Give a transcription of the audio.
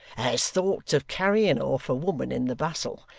has thoughts of carrying off a woman in the bustle,